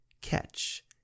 catch